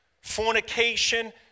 Fornication